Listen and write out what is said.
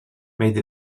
made